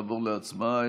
לעבור להצבעה,